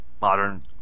modern